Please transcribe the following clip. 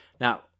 Now